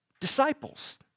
Disciples